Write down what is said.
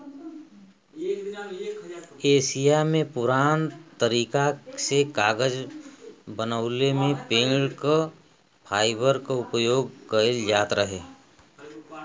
Asia में पुरान तरीका से कागज बनवले में पेड़ क फाइबर क उपयोग कइल जात रहे